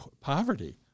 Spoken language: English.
poverty